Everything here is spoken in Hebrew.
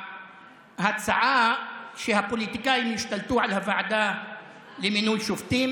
ההצעה שהפוליטיקאים ישתלטו על הוועדה למינוי שופטים?